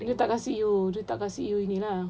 dia tak kasi you dia tak kasi you ni lah